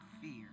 fear